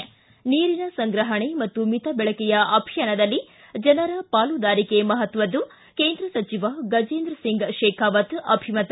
ಿ ನೀರಿನ ಸಂಗ್ರಹಣೆ ಮತ್ತು ಮಿತ ಬಳಕೆಯ ಅಭಿಯಾನದಲ್ಲಿ ಜನರ ಪಾಲುದಾರಿಕೆ ಮಹತ್ವದ್ದು ಕೇಂದ್ರ ಸಚಿವ ಗಜೇಂದ್ರ ಸಿಂಗ್ ಶೇಖಾವತ್ ಅಭಿಮತ